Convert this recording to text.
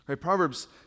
Proverbs